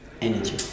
energy